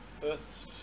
First